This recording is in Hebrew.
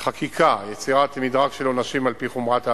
חקיקה, יצירת מדרג של עונשים על-פי חומרת העבירה,